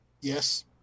Yes